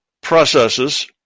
processes